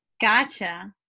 Gotcha